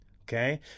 Okay